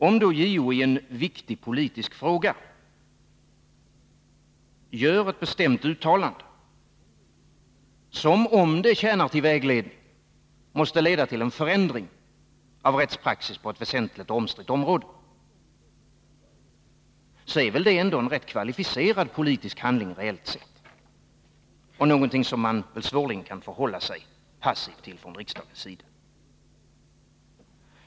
Om då JO i en viktig politisk fråga gör ett bestämt uttalande som, om det tjänar till vägledning, måste leda till en förändring av rättspraxis på ett väsentligt omstritt område, så är det väl ändå en rätt kvalificerad politisk handling reellt sett och någonting som man svårligen kan förhålla sig passiv till från riksdagens sida.